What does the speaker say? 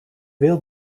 wil